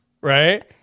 Right